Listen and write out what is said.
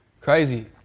crazy